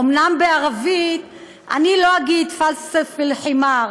אומנם בערבית, אני לא אגיד (אומרת בערבית: החמור